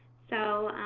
so